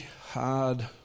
hard